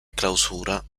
clausura